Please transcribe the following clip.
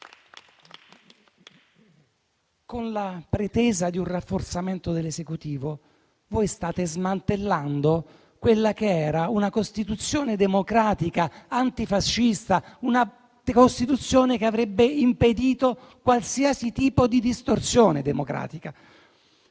Con la pretesa di un rafforzamento dell'Esecutivo voi state smantellando quella che era una Costituzione democratica antifascista, una Costituzione che avrebbe impedito qualsiasi tipo di distorsione del principio